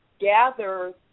gather